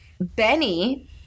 Benny